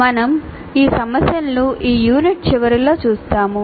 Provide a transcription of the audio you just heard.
మేము ఈ సమస్యలను ఈ యూనిట్ చివరిలొ చూస్తాము